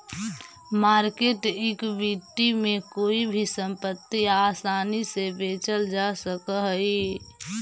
market equity में कोई भी संपत्ति आसानी से बेचल जा सकऽ हई